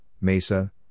Mesa